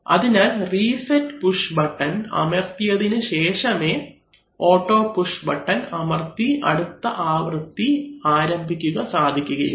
അതിനാൽ reset push button അമർത്തിയതിനു ശേഷമേ ഓട്ടോ പുഷ് ബട്ടൺ അമർത്തി അടുത്ത ആവൃത്തി ആരംഭിക്കുക സാധിക്കുകയുള്ളൂ